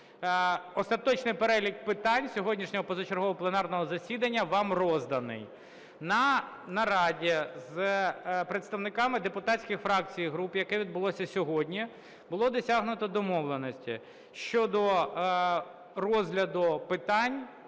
Остаточний перелік питань сьогоднішнього позачергового пленарного засідання вам розданий. На нараді з представниками депутатських фракцій і груп, яке відбулося сьогодні, було досягнуто домовленості щодо розгляду питань